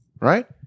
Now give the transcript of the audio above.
Right